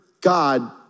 god